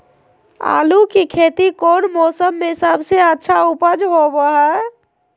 आलू की खेती कौन मौसम में सबसे अच्छा उपज होबो हय?